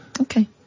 Okay